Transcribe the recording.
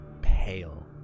pale